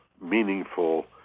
meaningful